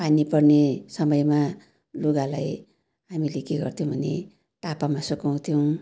पानी पर्ने समयमा लुगालाई हामीले के गर्थ्यौँ भने टापामा सुकाउँथ्यौँ